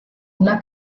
una